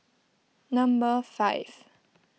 number five